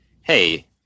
hey